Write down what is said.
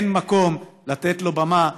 אין מקום לתת לו במה,